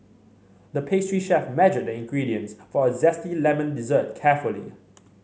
the pastry chef measured the ingredients for a zesty lemon dessert carefully